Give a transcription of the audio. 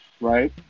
right